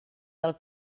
del